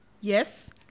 yes